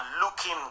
looking